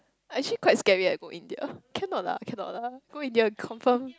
actually quite scary leh go India cannot lah cannot lah go India confirm